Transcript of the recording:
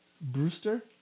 Brewster